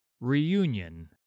Reunion